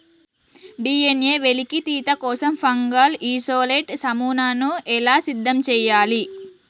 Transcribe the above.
DNA వెలికితీత కోసం fungal isolate నమూనాను ఎలా సిద్ధం చెయ్యాలి?